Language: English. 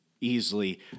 easily